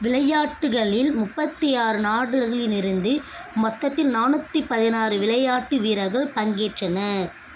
விளையாட்டுகளில் முப்பத்து ஆறு நாடுகளிலிருந்து மொத்தத்தில் நானூற்றி பதினாறு விளையாட்டு வீரர்கள் பங்கேற்றனர்